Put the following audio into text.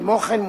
כמו כן,